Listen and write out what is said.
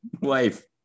wife